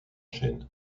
chênes